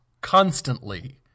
constantly